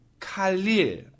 Khalil